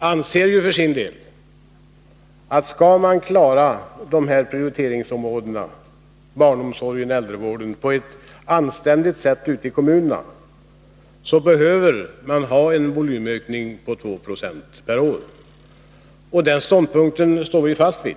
för sin del anser att man för att kunna klara prioriteringsområdena barnomsorgen och äldrevården på ett anständigt sätt ute i kommunerna behöver ha en volymökning på 2 90 per år. Den ståndpunkten håller vi fast vid.